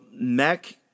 Mac